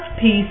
peace